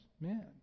men